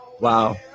Wow